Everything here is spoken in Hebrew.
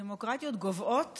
דמוקרטיות גוועות